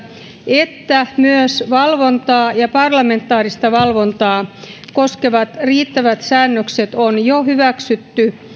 että myös valvontaa ja parlamentaarista valvontaa koskevat riittävät säännökset on jo hyväksytty